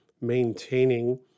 maintaining